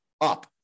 up